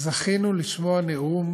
זכינו לשמוע נאום